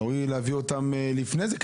ראוי להביא אותה לפני זה,